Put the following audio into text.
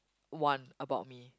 one about me